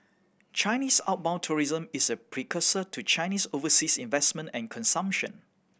Chinese outbound tourism is a precursor to Chinese overseas investment and consumption